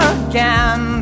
again